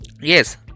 Yes